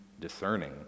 discerning